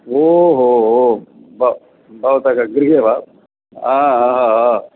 ओहो हो भव भवतः गृहे वा आ आ आ